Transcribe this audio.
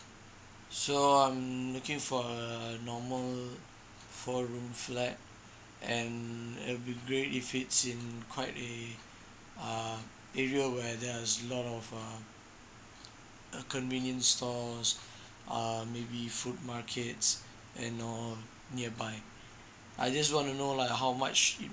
sure I'm looking for a normal four room flat and it'll be great if it's in quite a uh area where there's lot of uh uh convenient stores uh maybe food markets and all nearby I just want to know like how much it